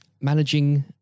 managing